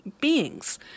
beings